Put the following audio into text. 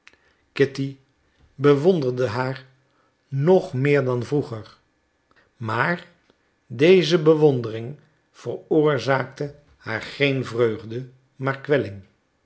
kitty bewonderde haar nog meer dan vroeger maar deze bewondering veroorzaakte haar geen vreugde maar kwelling